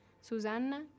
Susanna